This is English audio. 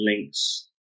links